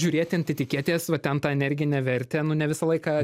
žiūrėti ant etiketės va ten tą energinę vertę nu ne visą laiką